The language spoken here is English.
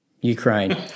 Ukraine